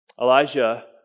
Elijah